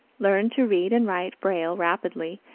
learned to read and write braille rapidly,